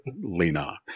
Lena